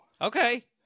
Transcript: Okay